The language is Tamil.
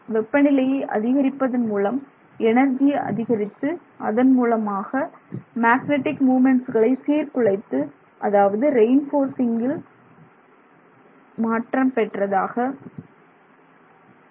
வெப்பநிலையை அதிகரிப்பதன் மூலம் எனர்ஜியை அதிகரித்து அதன் மூலமாக மேக்னெட்டிக் மூமென்ட்ஸ்களை சீர்குலைத்து அதாவது ரெயின்போர்சிங் பெற்றதாக மாற்றலாம்